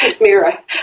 Mira